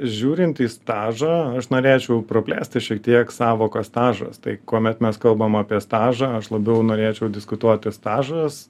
žiūrint į stažą aš norėčiau praplėsti šiek tiek sąvoką stažas tai kuomet mes kalbam apie stažą aš labiau norėčiau diskutuoti stažas